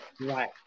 Right